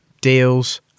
deals